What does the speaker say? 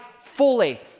fully